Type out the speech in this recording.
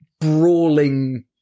brawling